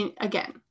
again